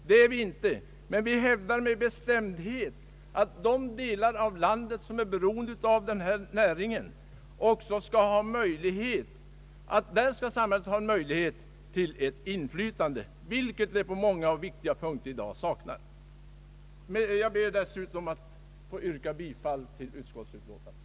Det är vi icke. Men vi hävdar med bestämdhet att i de delar av landet som är beroende av skogsnäringen skall samhället också ha möjlighet till ett inflytande, vilket det på många viktiga punkter i dag saknar. Jag ber, herr talman, att få yrka bifall till utskottets hemställan.